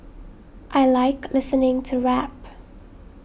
I like listening to rap